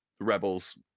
rebels